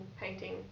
painting